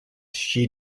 she